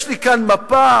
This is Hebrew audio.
יש לי כאן מפה,